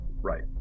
right